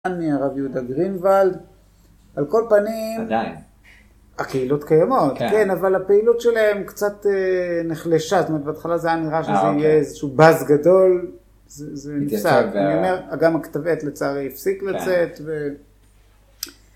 מערב יהודה גרינבולד, על כל פנים הקהילות קיימות, כן אבל הפעילות שלהם קצת נחלשה, זאת אומרת בהתחלה זה היה נראה שזה יהיה איזשהו באזז גדול, זה נפסק. גם כתבי עת הפסיק לצאת